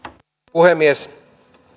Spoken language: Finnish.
puhemies